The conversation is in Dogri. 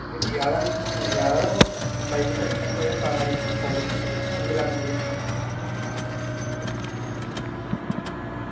कुतै गेआ हा में घुम्मने गेआ हा ओह् बाइक उप्पर एक्सीडैंट होआ तां करियै में कालेज निं आई सकेआ जिदे कारण मेरी